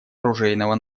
оружейного